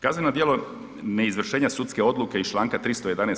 Kazneno djelo neizvršenja sudske odluke iz članka 311.